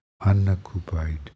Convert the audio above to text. unoccupied